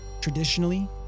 Traditionally